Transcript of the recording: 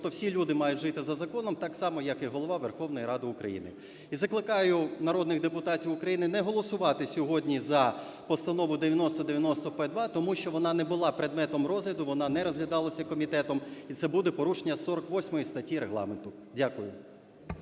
всі люди мають жити за законом, так само, як і голова Верховної Ради України. І закликаю народних депутатів України не голосувати сьогодні за постанову 9090-П2, тому що вона не була предметом розгляду, вона не розглядалася комітетом і це буде порушенням 48 статті Регламенту. Дякую.